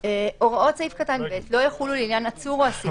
"(ג)הוראות סעיף קטן (ב) לא יחולו לעניין עצור או אסיר